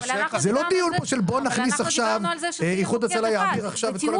זה לא דיון שבואו נכניס עכשיו שאיחוד הצלה יעביר עכשיו את כל